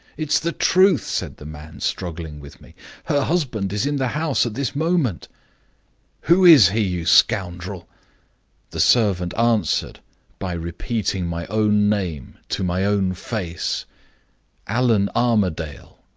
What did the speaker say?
it's the truth said the man, struggling with me her husband is in the house at this moment who is he, you scoundrel the servant answered by repeating my own name, to my own face allan armadale